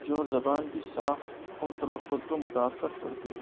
جو زبان کی ساخت اور تلفظ کو متاثر کرتی ہے